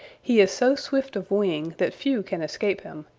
he is so swift of wing that few can escape him,